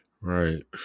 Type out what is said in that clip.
Right